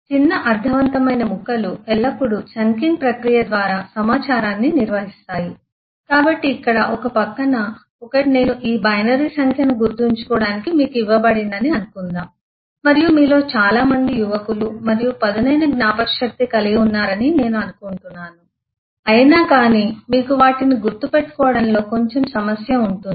చిన్న అర్ధవంతమైన ముక్కలు ఎల్లప్పుడూ చంకింగ్ ప్రక్రియ ద్వారా సమాచారాన్ని నిర్వహిస్తాయి కాబట్టి ఇక్కడ ఒక పక్కన ఒకటి నేను ఈ బైనరీ సంఖ్యను గుర్తుంచుకోవడానికి మీకు ఇవ్వబడిందని అనుకుందాం మరియు మీలో చాలామంది యువకులు మరియు పదునైన జ్ఞాపకశక్తిని కలిగి ఉన్నారని నేను అనుకుంటున్నాను అయినా కాని మీకు వాటిని గుర్తుపెట్టుకోవడంలో కొంచెం సమస్య ఉంటుంది